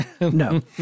No